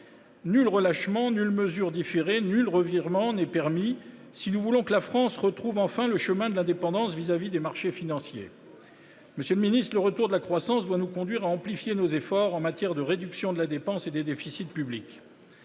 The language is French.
Nul relâchement, nulle mesure différée, nul revirement ne sont permis si nous voulons que la France retrouve enfin le chemin de l'indépendance à l'égard des marchés financiers. Monsieur le secrétaire d'État, le retour de la croissance doit nous conduire à amplifier nos efforts en matière de réduction de la dépense et des déficits publics.